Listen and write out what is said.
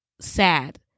sad